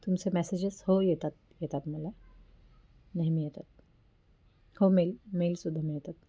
तुमचे मॅसेजेस हो येतात येतात मला नेहमी येतात हो मेल मेलसुद्धा मिळतात